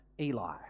Eli